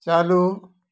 चालू